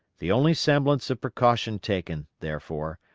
the only semblance of precaution taken, therefore,